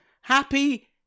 Happy